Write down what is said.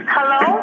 Hello